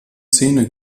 zähne